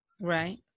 Right